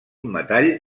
metal